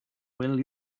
will